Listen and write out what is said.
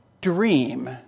dream